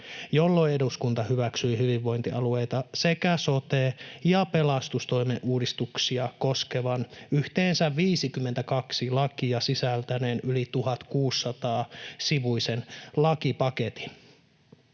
jolloin eduskunta hyväksyi hyvinvointialueita sekä sote- ja pelastustoimen uudistuksia koskevan, yhteensä 52 lakia sisältäneen, yli 1 600-sivuisen lakipaketin.